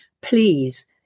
please